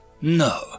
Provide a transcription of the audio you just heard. No